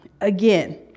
again